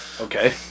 Okay